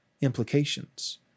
implications